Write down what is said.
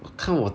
我看我